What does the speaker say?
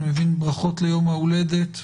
ברכות ליום ההולדת,